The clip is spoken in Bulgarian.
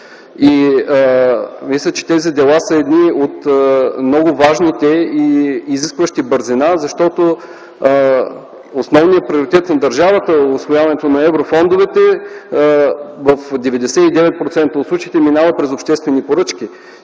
И мисля, че тези дела са едни от много важните и изискващи бързина, защото основният приоритет на държавата в усвояването на еврофондовете в 99% от случаите минава през обществени поръчки.